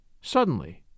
Suddenly